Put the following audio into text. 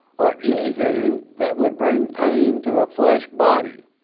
or anything that would bring pain to a flesh body.